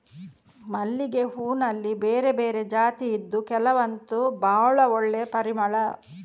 ಮಲ್ಲಿಗೆ ಹೂನಲ್ಲಿ ಬೇರೆ ಬೇರೆ ಜಾತಿ ಇದ್ದು ಕೆಲವಂತೂ ಭಾಳ ಒಳ್ಳೆ ಪರಿಮಳ